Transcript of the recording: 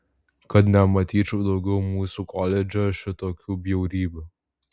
kad nematyčiau daugiau mūsų koledže šitokių bjaurybių